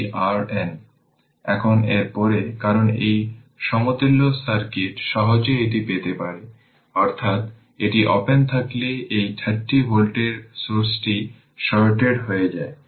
equation 3 এ আসলে i2 5 6 i1 রাখলে di1 dt 2 3 i1 0 পাবে তাই এটি ইকুয়েশন 6 a